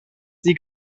sie